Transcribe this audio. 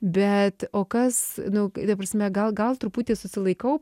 bet o kas nu ta prasme gal gal truputį susilaikau